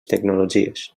tecnologies